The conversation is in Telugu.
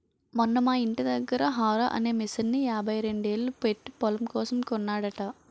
మొన్న మా యింటి దగ్గర హారో అనే మిసన్ని యాభైరెండేలు పెట్టీ పొలం కోసం కొన్నాడట